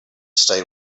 stay